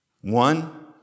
One